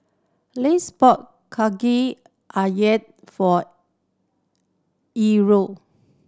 Lise bought Kaki Ayam for